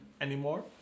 anymore